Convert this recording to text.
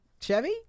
Chevy